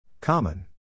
Common